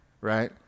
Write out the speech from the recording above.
right